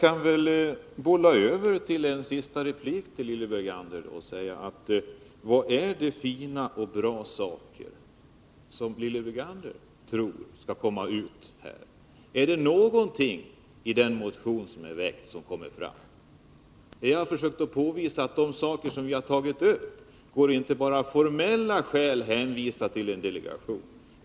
Men låt mig bolla över en sista replik till Lilly Bergander genom att ställa följande fråga: Vad är det fina som Lilly Bergander tror skall komma ut av delegationens arbete? Är det fråga om någonting av det som kommer fram i den väckta motionen? Jag har försökt påvisa att de frågor som vi har tagit upp inte av formella skäl bara får hänvisas till en delegation.